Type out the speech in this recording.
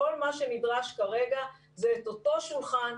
כל מה שנדרש כרגע זה את אותו שולחן,